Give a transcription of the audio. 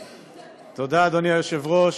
תודה, אדוני היושב-ראש.